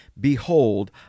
Behold